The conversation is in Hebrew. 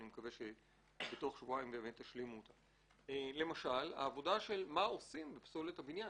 מקווה שבתוך שבועיים תשלימו אותה - אלא על מה עושים עם פסולת הבניין,